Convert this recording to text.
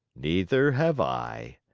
neither have i,